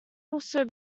also